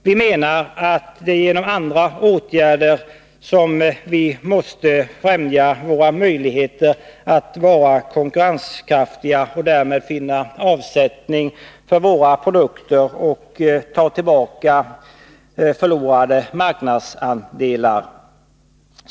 Vi menar att det är genom andra åtgärder som vi måste främja våra möjligheter att vara konkurrenskraftiga och därmed finna avsättning för våra produkter och ta tillbaka förlorade marknadsandelar.